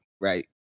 right